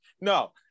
No